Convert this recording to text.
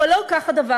אבל לא כך הדבר.